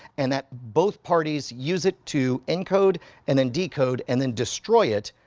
and that both parties use it to encode and then decode and then destroy it,